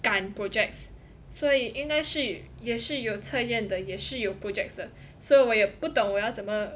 赶 projects 所以应该是也是有测验的也是有 projects 的 so 我也不懂我要怎么